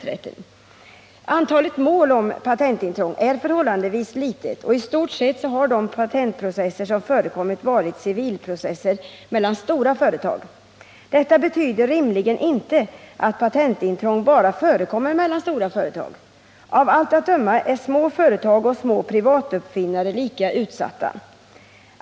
Antalet mål om patentintrång är förhållandevis litet och i stort sett har de patentprocesser som förekommit varit civilprocesser mellan stora företag. Detta betyder rimligen inte att patentintrång bara förekommer mellan stora företag. Av allt att döma är små företag och små privatuppfinnare lika utsatta.